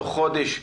תוך חודש.